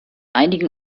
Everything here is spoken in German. einigen